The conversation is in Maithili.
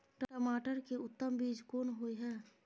टमाटर के उत्तम बीज कोन होय है?